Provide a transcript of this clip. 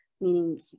meaning